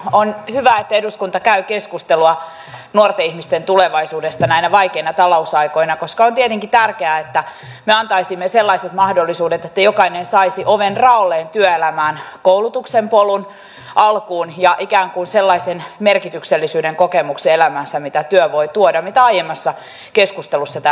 on hyvä että eduskunta käy keskustelua nuorten ihmisten tulevaisuudesta näinä vaikeina talousaikoina koska on tietenkin tärkeää että me antaisimme sellaiset mahdollisuudet että jokainen saisi oven raolleen työelämään koulutuksen polun alkuun ja ikään kuin sellaisen merkityksellisyyden kokemuksen elämäänsä mitä työ voi tuoda mitä aiemmassa keskustelussa täällä sivuttiin